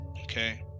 okay